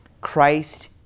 Christ